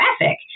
traffic